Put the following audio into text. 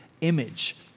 image